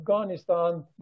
Afghanistan